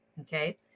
Okay